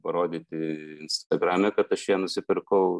parodyti instagrame kad aš ją nusipirkau